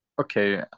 okay